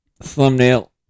Thumbnail